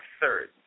third